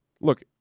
look